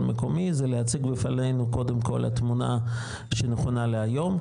מקומי - זה להציג לפנינו קודם כל את התמונה שנכונה להיום,